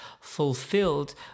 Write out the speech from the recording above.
fulfilled